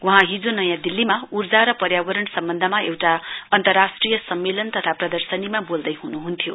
वहाँ हिजो नयाँ दिल्लीमा ऊर्जा र पर्यावरण सम्बन्धमा एउटा अन्तराष्ट्रिय सम्मेलन तथा प्रदर्शनीमा बोल्दैह्नुह्न्थ्यो